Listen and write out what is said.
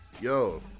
Yo